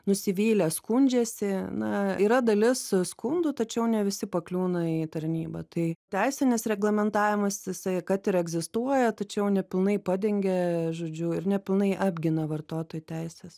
nusivylę skundžiasi na yra dalis skundų tačiau ne visi pakliūna į tarnybą tai teisinis reglamentavimas jisai kad ir egzistuoja tačiau ne pilnai padengia žodžiu ir nepilnai apgina vartotojų teises